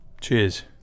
cheers